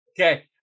Okay